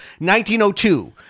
1902